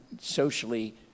socially